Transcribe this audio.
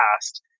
past